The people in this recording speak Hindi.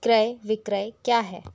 क्रय विक्रय क्या है